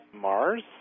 Mars